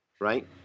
right